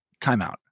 Timeout